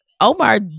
Omar